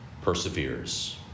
perseveres